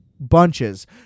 Bunches